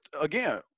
again